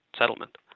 settlement